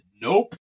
Nope